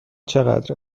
چقدر